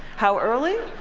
how early?